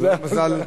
זה המזל.